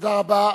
תודה רבה.